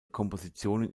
kompositionen